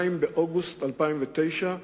2 באוגוסט 2009,